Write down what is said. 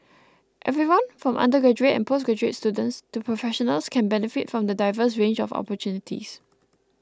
everyone from undergraduate and postgraduate students to professionals can benefit from the diverse range of opportunities